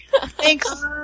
Thanks